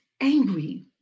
angry